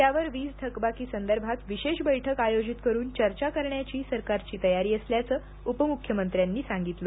त्यावर वीज थकबाकी संदर्भात विशेष बैठक आयोजित करुन चर्चा करण्याची सरकारची तयारी असल्याचे उपमुख्यमंत्र्यांनी सांगितले